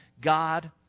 God